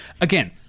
Again